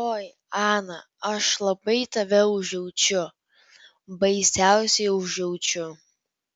oi ana aš labai tave užjaučiu baisiausiai užjaučiu